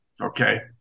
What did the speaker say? Okay